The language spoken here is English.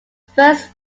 first